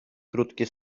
krótkie